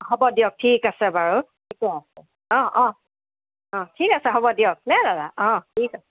হ'ব দিয়ক ঠিক আছে বাৰু ঠিকে আছে অঁ অঁ অঁ ঠিক আছে হ'ব দিয়ক দেই দাদা অঁ ঠিক আছে